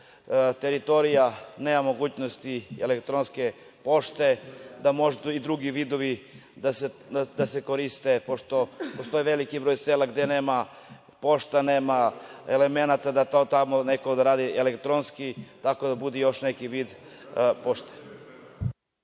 teritorija nema mogućnosti elektronske pošte, mogu i drugi vidovi da se koriste pošto postoji veliki broj sela gde nema pošte, nema elemenata da tamo neko radi elektronski, tako da bude još neki vid pošte.